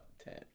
ten